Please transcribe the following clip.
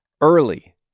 early